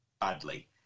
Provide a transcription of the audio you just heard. badly